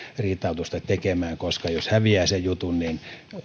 riitautusta tekemään koska jos häviää sen jutun niin